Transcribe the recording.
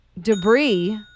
Debris